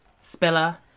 Spiller